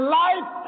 life